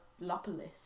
Lopolis